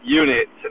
unit